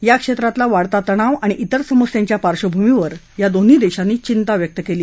या क्षेत्रातला वाढता तणाव आणि त्रिर समस्यांच्या पार्श्वभूमीवर या दोन्ही देशांनी चिंता व्यक्त केली